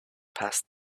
passed